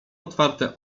otwarte